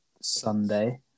Sunday